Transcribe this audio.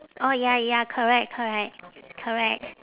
orh ya ya correct correct correct